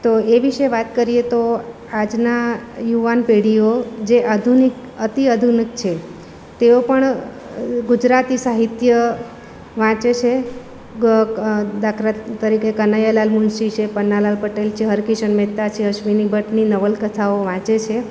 તો એ વિષે વાત કરીએ તો આજના યુવાન પેઢીઓ જે આધુનિક અતિ આધુનિક છે તેઓ પણ ગુજરાતી સાહિત્ય વાંચે છે દાખલા તરીકે કનૈયાલાલ મુનશી છે પન્નાલાલ પટેલ છે હરકિશન મહેતા છે અશ્વિની ભટ્ટની નવલકથાઓ વાંચે છે